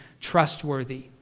trustworthy